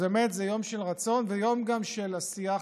אז באמת זה יום של רצון, וגם יום של עשייה חברתית,